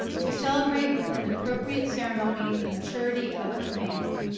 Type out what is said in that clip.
to celebrate with an appropriate ceremony the maturity of a command.